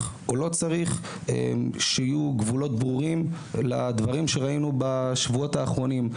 או לא צריך שיהיו גבולות ברורים לדברים שראינו בשבועות האחרונים.